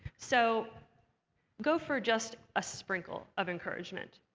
so go for just a sprinkle of encouragement.